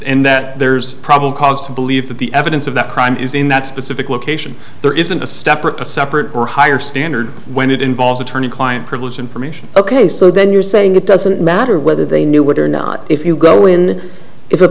and that there's probable cause to believe that the evidence of that crime is in that specific location there isn't a step or a separate or higher standard when it involves attorney client privilege information ok so then you're saying it doesn't matter whether they knew it or not if you go in if a